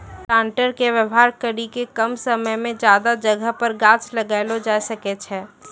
planter के वेवहार करी के कम समय मे ज्यादा जगह पर गाछ लगैलो जाय सकै छै